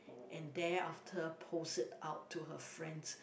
and there after post it out to her friend